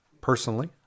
personally